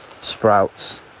sprouts